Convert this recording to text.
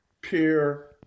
peer